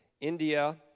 India